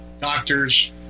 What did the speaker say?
doctors